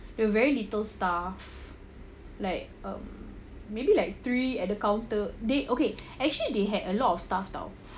they have very little stuff like um maybe like three at the counter they okay actually they have a lot of staff [tau]